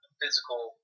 physical